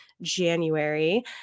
January